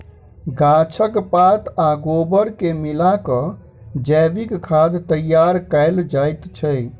गाछक पात आ गोबर के मिला क जैविक खाद तैयार कयल जाइत छै